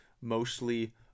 mostly